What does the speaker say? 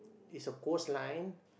is a coastline